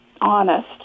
honest